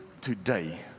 today